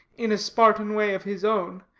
in a spartan way of his own,